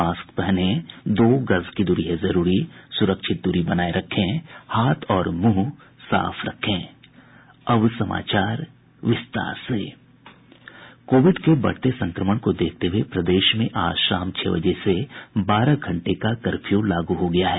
mask पहनें दो गज दूरी है जरूरी सुरक्षित दूरी बनाये रखें हाथ और मुंह साफ रखें अब समाचार विस्तार से कोविड के बढ़ते संक्रमण को देखते हये प्रदेश में आज शाम छह बजे से बारह घंटे का कर्फ्यू लागू हो गया है